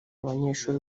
abanyeshuri